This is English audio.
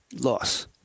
Loss